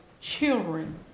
children